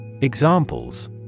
Examples